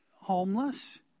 homeless